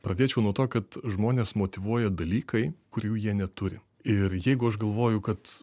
pradėčiau nuo to kad žmonės motyvuoja dalykai kurių jie neturi ir jeigu aš galvoju kad